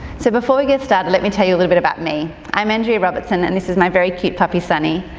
so before we get started, let me tell you a little bit about me. i'm andrea robertson, and this is my very cute puppy sunni.